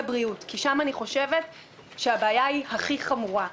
בריאות כי שם אני חושבת שהבעיה הכי חמורה.